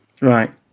right